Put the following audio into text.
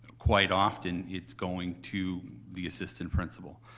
quite often it's going to the assistant principal.